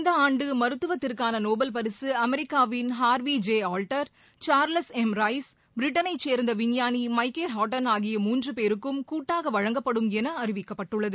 இந்த ஆண்டு மருத்துவத்திற்கான நோபல் பரிசு அமெரிக்காவின் Harvey J Alter Charles M Rice பிரிட்டனை சேர்ந்த விஞ்ஞானி மைக்கேல் ஹோட்டன் ஆகிய மூன்று பேருக்கும் கூட்டாக வழங்கப்படும் என அறிவிக்கப்பட்டுள்ளது